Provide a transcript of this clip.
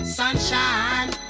sunshine